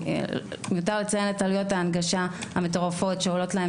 שמיותר לציין את עלויות ההנגשה המטורפות שעולות להם